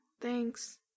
thanks